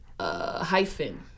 hyphen